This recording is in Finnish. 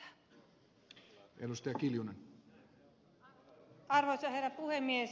arvoisa herra puhemies